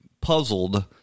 puzzled